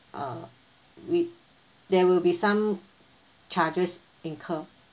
ah with there will be some charges incur